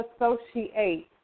associate